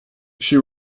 she